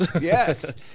Yes